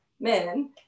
men